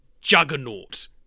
juggernaut